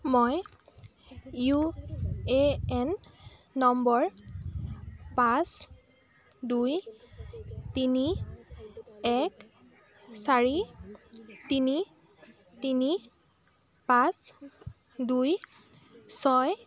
মই U A N number পাঁচ দুই তিনি এক চাৰি তিনি তিনি পাঁচ দুই ছয়